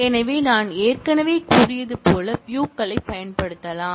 எனவே நான் ஏற்கனவே கூறியது போல் வியூகளைப் பயன்படுத்தலாம்